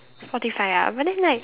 Spotify ah but then like